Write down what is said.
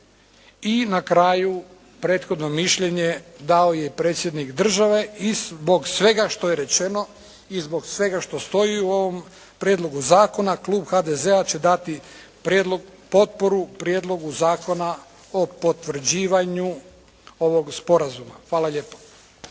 i na kraju prethodno mišljenje dao je predsjednik države i zbog svega što je rečeno i zbog svega što stoji u ovom prijedlogu zakona klub HDZ-a će dati potporu Prijedlogu zakona o potvrđivanju ovog sporazuma. Hvala lijepo.